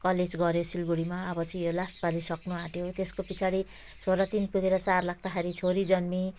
college गऱ्यो सिलगढीमा अब चाहिँ यो लास्ट पालि सक्नु आँट्यो त्यसको पछाडि छोरा तिन पुगेर चार लाग्दाखेरि छोरी जन्मी